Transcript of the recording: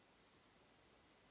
Hvala.